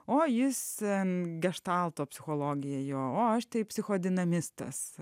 o jis ten geštalto psichologija jo o aš tai psichodinamistas